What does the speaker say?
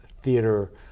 theater